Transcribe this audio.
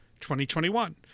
2021